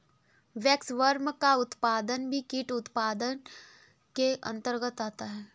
waxworm का उत्पादन भी कीट उत्पादन के अंतर्गत आता है